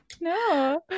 No